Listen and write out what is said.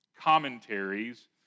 commentaries